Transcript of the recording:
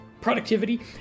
productivity